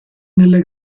nelle